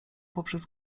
poprzez